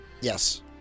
Yes